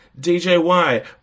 DJY